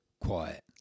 quiet